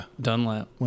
Dunlap